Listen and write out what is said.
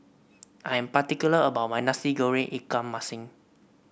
I am particular about my Nasi Goreng Ikan Masin